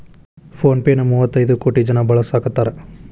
phone pay ನ ಮುವ್ವತೈದ್ ಕೋಟಿ ಜನ ಬಳಸಾಕತಾರ